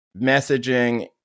messaging